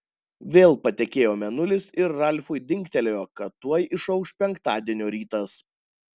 vėl patekėjo mėnulis ir ralfui dingtelėjo kad tuoj išauš penktadienio rytas